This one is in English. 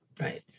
right